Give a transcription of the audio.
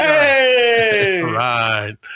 right